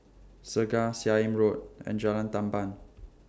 Segar Seah Im Road and Jalan Tamban